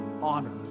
honor